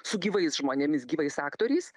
su gyvais žmonėmis gyvais aktoriais